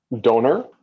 donor